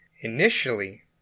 Initially